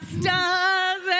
stars